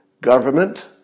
Government